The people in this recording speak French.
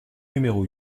numéro